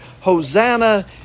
Hosanna